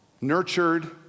nurtured